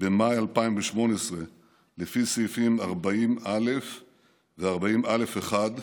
במאי 2018 לפי סעיפים 40א ו-40א(1)